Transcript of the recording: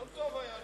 יום טוב היה לו.